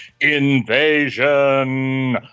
invasion